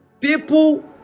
people